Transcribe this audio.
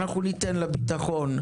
ניתן למשרד הביטחון,